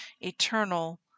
eternal